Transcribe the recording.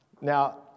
Now